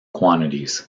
quantities